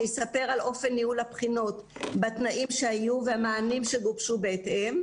שיספר על אופן ניהול הבחינות בתנאים שהיו והמענים שגובשו בהתאם.